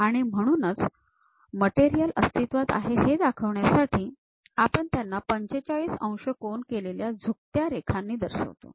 आणि म्हणूनच मटेरियल अस्तित्वात आहे हे दाखवण्यासाठी आपण त्यांना ४५ अंश कोन केलेलया झुकत्या रेघांनी दर्शवितो